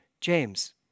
James